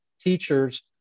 teachers